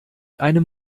einem